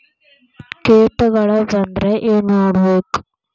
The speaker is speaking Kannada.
ಕೇಟಗಳ ಬಂದ್ರ ಏನ್ ಮಾಡ್ಬೇಕ್?